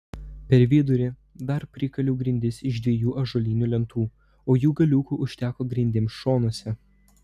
per vidurį dar prikaliau grindis iš dviejų ąžuolinių lentų o jų galiukų užteko grindims šonuose